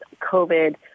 COVID